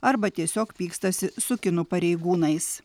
arba tiesiog pykstasi su kinų pareigūnais